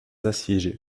assiégés